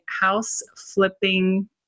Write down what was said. house-flipping